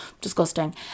Disgusting